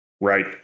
right